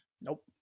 Nope